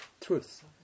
truth